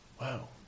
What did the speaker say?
Wow